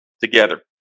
together